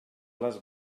les